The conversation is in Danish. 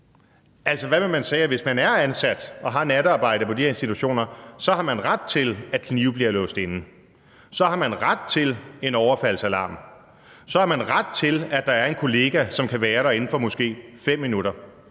hvis man er ansat og har natarbejde på de her institutioner, har man ret til, at knive bliver låst inde; så har man ret til en overfaldsalarm; så har man ret til, at der er en kollega, som kan være der inden for måske 5 minutter;